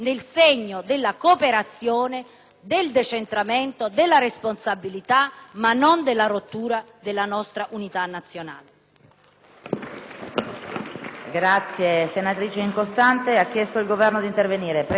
del decentramento e della responsabilità, ma non della rottura della nostra unità nazionale.